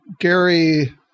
Gary